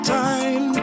time